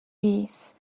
rees